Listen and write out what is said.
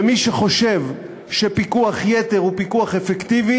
ומי שחושב שפיקוח יתר הוא פיקוח אפקטיבי